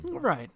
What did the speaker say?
Right